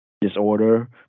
disorder